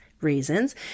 reasons